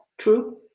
true